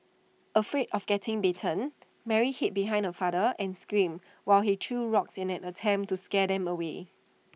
afraid of getting bitten Mary hid behind her father and screamed while he threw rocks in an attempt to scare them away